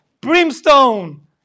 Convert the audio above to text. brimstone